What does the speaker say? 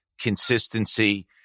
consistency